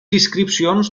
inscripcions